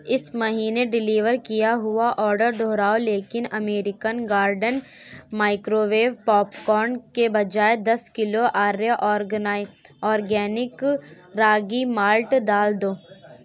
اس مہینے ڈیلیور کیا ہوا آڈر دوہراؤ لیکن American Garden microwave popcorn کے بجائے دس کلو آریہ اورگنائی اورگینک راگی مالٹ ڈال دو